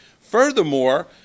Furthermore